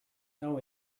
know